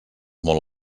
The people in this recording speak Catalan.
molt